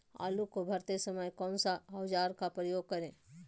आलू को भरते समय कौन सा औजार का प्रयोग करें?